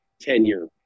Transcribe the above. tenure